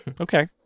Okay